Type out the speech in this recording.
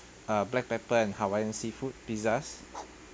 uh black pepper and hawaiian seafood pizzas